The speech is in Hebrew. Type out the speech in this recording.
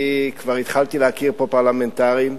אני כבר התחלתי להכיר פה פרלמנטרים.